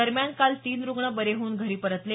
दरम्यान काल तीन रुग्ण बरे होऊन घरी परतले